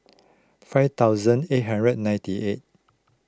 five thousand eight hundred ninety eight